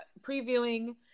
previewing